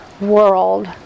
world